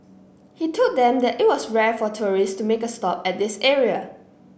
he told them that it was rare for tourists to make a stop at this area